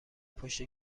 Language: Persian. پشت